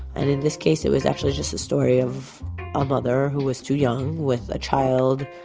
and in this case it was actually just a story of a mother who was too young with a child